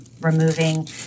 removing